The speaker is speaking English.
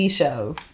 shows